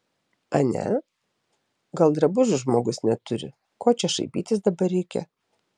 ane gal drabužių žmogus neturi ko čia šaipytis dabar reikia